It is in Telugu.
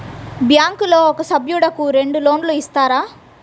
బ్యాంకులో ఒక సభ్యుడకు రెండు లోన్లు ఇస్తారా?